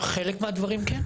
חלק מהדברים כן.